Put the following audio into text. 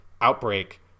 outbreak